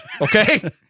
okay